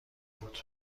بود